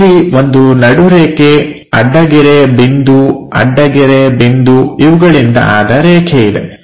ಅಲ್ಲಿ ಒಂದು ನಡು ರೇಖೆ ಅಡ್ಡಗೆರೆ ಬಿಂದು ಅಡ್ಡಗೆರೆ ಬಿಂದು ಇವುಗಳಿಂದ ಆದ ರೇಖೆ ಇದೆ